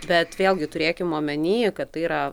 bet vėlgi turėkim omeny kad tai yra